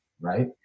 right